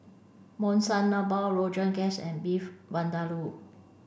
Monsunabe Rogan Josh and Beef Vindaloo